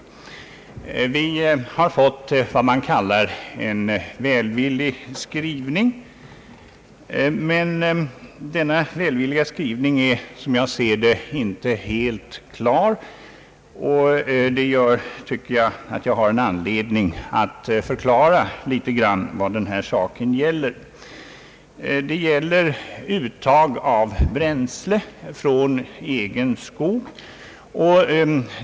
Utskottet har gjort en s.k. välvillig skrivning, men enligt mitt sätt att se är denna skrivning inte helt klar. Därför vill jag belysa vad saken gäller, nämligen uttag av bränsle från egen skog.